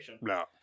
no